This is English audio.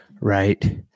right